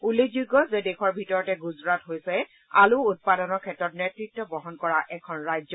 উল্লেখযোগ্য যে দেশৰ ভিতৰতে গুজৰাট হৈছে আলু উৎপাদনৰ ক্ষেত্ৰত নেত়ত্ব বহন কৰা এখন ৰাজ্য